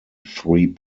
three